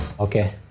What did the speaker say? okay.